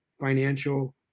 financial